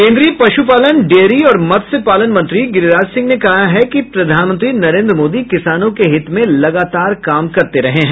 केन्द्रीय पशुपालन डेयरी और मत्स्य पालन मंत्री गिरिराज सिंह ने कहा है कि प्रधानमंत्री नरेन्द्र मोदी किसानों के हित में लगातार काम करते रहे हैं